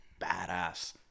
badass